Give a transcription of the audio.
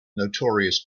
notorious